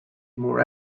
more